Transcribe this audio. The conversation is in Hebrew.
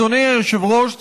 אדוני היושב-ראש,